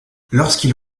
lorsqu’il